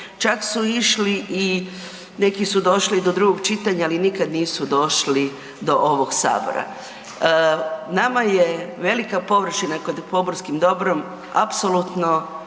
čak su i išli i, neki su došli i do drugog čitanja, ali nikad nisu došli do ovog Sabora. Nama je velika površina pod pomorskim dobrom apsolutno